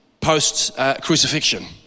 post-crucifixion